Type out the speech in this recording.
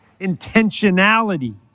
intentionality